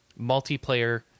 multiplayer